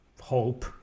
hope